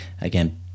again